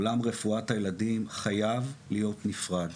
עולם רפואת הילדים חייב להיות נפרד.